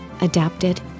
adapted